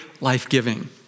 life-giving